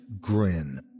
grin